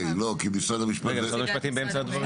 כי משרד המשפטים --- משרד המשפטים באמצע הדברים.